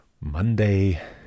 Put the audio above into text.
Monday